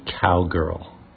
cowgirl